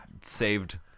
saved